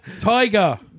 Tiger